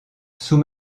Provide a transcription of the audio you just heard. sous